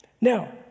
Now